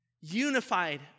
unified